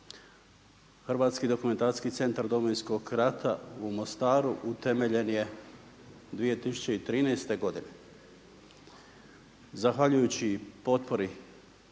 Hrvatski dokumentacijski centar Domovinskog rata u Mostaru utemeljen je 2013. godine, zahvaljujući potpori